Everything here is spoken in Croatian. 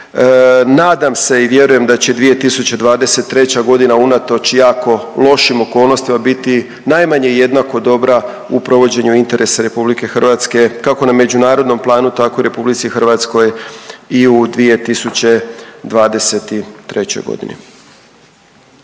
Nadam se i vjerujem da će 2023. godina unatoč jako lošim okolnostima biti najmanje jednako dobra u provođenju interesa Republike Hrvatske kako na međunarodnom planu, tako i Republici Hrvatskoj i u 2023. godini.